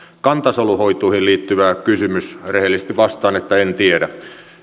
kantasoluhoitoihin liittyvä kysymys rehellisesti vastaan että en tiedä